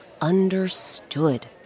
understood